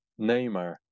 Neymar